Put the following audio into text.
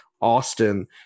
Austin